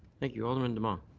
thank you. alderman demong.